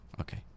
Okay